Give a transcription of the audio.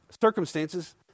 circumstances